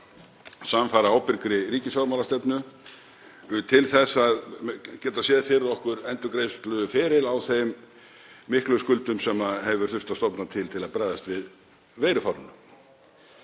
samfara ábyrgri ríkisfjármálastefnu til að geta séð fyrir okkur endurgreiðsluferli á þeim miklu skuldum sem hefur þurft að stofna til til að bregðast við veirufárinu.